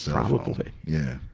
probably. yeah,